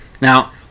Now